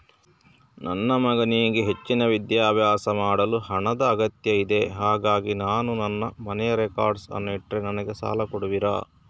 ನನ್ನ ಮಗನಿಗೆ ಹೆಚ್ಚಿನ ವಿದ್ಯಾಭ್ಯಾಸ ಮಾಡಲು ಹಣದ ಅಗತ್ಯ ಇದೆ ಹಾಗಾಗಿ ನಾನು ನನ್ನ ಮನೆಯ ರೆಕಾರ್ಡ್ಸ್ ಅನ್ನು ಇಟ್ರೆ ನನಗೆ ಸಾಲ ಕೊಡುವಿರಾ?